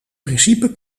principe